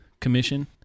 commission